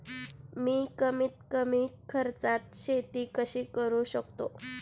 मी कमीत कमी खर्चात शेती कशी करू शकतो?